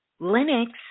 Linux